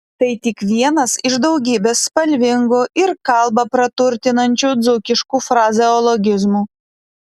tai tik vienas iš daugybės spalvingų ir kalbą praturtinančių dzūkiškų frazeologizmų